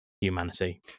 humanity